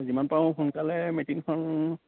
যিমান পাৰোঁ সোনকালে মিটিংখন